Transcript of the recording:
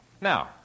Now